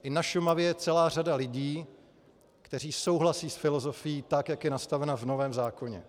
I na Šumavě je celá řada lidí, kteří souhlasí s filozofií tak, jak je nastavena v novém zákoně.